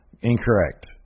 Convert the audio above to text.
Incorrect